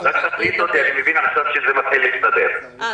גם אלה שהיתה להם הצלחה כל הזמן בכך שגבו כמעט ארנונה מלאה